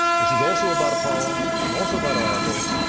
this is also about apollo and also about oracles.